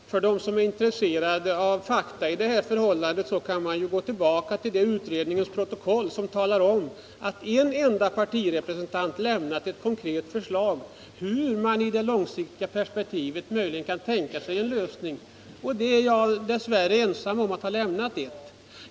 Herr talman! Den som är intresserad av fakta kan gå tillbaka till utredningens protokoll som visar att en enda partirepresentant har lämnat ett konkret förslag till hur man i det långsiktiga perspektivet möjligen kan lösa frågan. Det var jag som dess värre var ensam om att lämna ett sådant förslag.